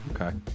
Okay